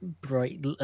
bright